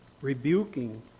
rebuking